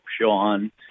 Sean